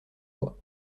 mois